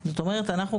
זאת אומרת שאנחנו,